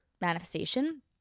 manifestation